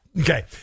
Okay